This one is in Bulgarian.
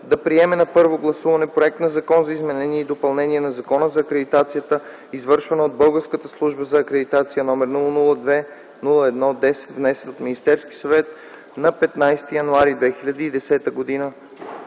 да приеме на първо гласуване Законопроекта за изменение и допълнение на Закона за акредитацията, извършвана от Българската служба за акредитация, № 002-01-10, внесен от Министерския съвет на 15 януари 2010 г.,